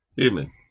Amen